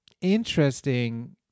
interesting